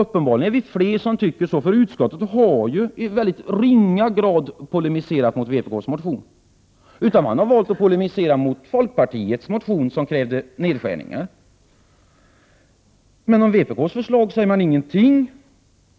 Uppenbarligen är det fler som tycker så, för utskottet har bara i mycket ringa grad polemiserat mot vpk:s motion. Man har valt att polemisera mot folkpartiets motion i stället, där det krävs nedskärningar. Om vpk:s förslag säger man ingenting